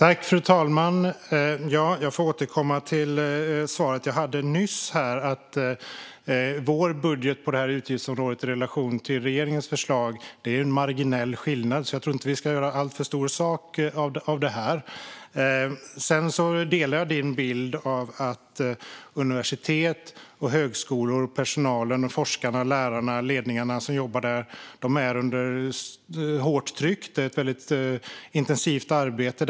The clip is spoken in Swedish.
Fru talman! Jag får återkomma till svaret jag gav nyss. Vår budget på det här utgiftsområdet innebär en marginell skillnad i relation till regeringens förslag. Jag tror inte att vi ska göra alltför stor sak av det här. Jag delar Camilla Hanséns bild att personalen, forskarna, lärarna och ledningarna på universitet och högskolor är under hårt tryck. Det är ett väldigt intensivt arbete.